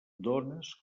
dones